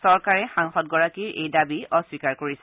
চৰকাৰে সাংসদগৰাকীৰ এই দাবী অস্বীকাৰ কৰিছে